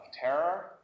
terror